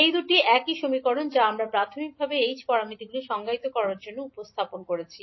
এই দুটি একই সমীকরণ যা আমরা প্রাথমিকভাবে h প্যারামিটারগুলি সংজ্ঞায়িত করার জন্য উপস্থাপন করেছি